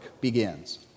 begins